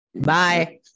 Bye